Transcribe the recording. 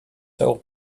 soul